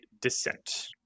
descent